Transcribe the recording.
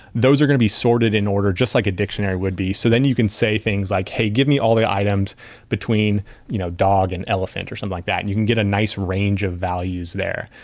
those are to be sorted in order just like a dictionary would be. so then you can say things like, hey, give me all the items between you know dog an elephant or something like that. and you can get a nice range of values there.